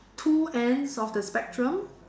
two ends of the spectrum